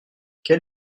quel